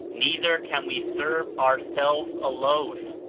neither can we serve ourselves alone,